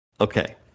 Okay